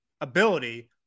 ability